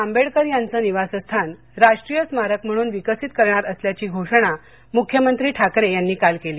आंबेडकर यांचं निवासस्थान राष्ट्रीय स्मारक म्हणून विकसित करणार असल्याची घोषणा मूख्यमंत्री ठाकरे यांनी काल केली